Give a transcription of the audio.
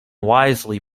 wisely